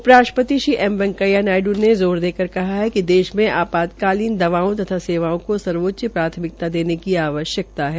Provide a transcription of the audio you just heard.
उपराष्ट्रपति श्री वैकेंया नायड् ने जोर देकर कहा है कि में आपातकालीन दवाओं तथा सेवाओं को सर्वोच्च प्राथमिकता देने की आवश्यक्ता है